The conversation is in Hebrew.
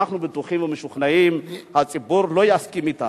אנחנו בטוחים ומשוכנעים: הציבור לא יסכים אתם.